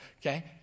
Okay